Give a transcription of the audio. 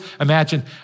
imagine